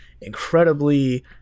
incredibly